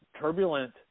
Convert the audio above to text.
turbulent